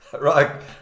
right